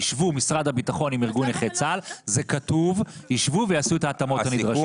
ישבו משרד הביטחון עם ארגון נכי צה"ל ויעשו את ההתאמות הנדרשות.